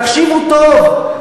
תקשיבו טוב,